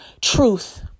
truth